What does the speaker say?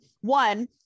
One